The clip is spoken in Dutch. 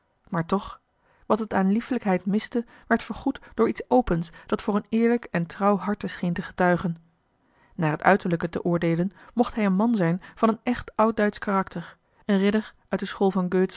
maar toch wat het aan liefelijkheid miste werd vergoed door iets opens dat voor een eerlijk en trouw harte scheen te getuigen naar het uiterlijke te oordeelen mocht hij een man zijn van een echt oud duitsch karakter een ridder uit de school van